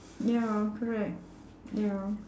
ya correct ya